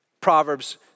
Proverbs